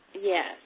Yes